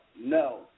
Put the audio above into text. no